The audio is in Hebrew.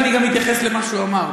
ואני גם אתייחס למה שהוא אמר.